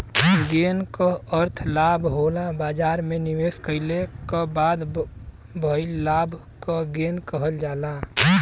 gain क अर्थ लाभ होला बाजार में निवेश कइले क बाद भइल लाभ क गेन कहल जाला